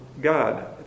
God